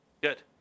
Good